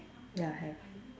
ya have